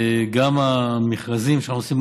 גם המכרזים שאנחנו עושים,